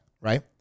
Right